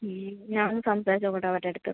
മ് ഞാൻ ഒന്ന് സംസാരിച്ച് നോക്കട്ടെ അവരുടെ അടുത്ത്